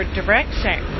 direction